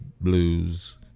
blues